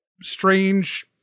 strange